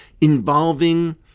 involving